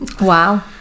Wow